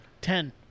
Ten